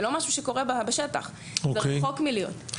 זה לא משהו שקורה בשטח, זה רחוק מלהיות כך.